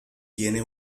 tiene